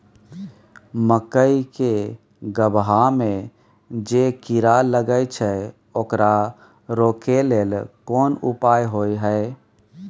मकई के गबहा में जे कीरा लागय छै ओकरा रोके लेल कोन उपाय होय है?